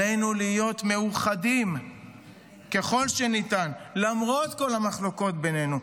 עלינו להיות מאוחדים ככל שניתן למרות כל המחלוקות בינינו,